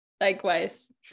Likewise